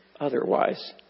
otherwise